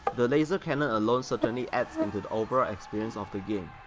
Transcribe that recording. the lasercannon alone certainly adds into the overall experience of the game.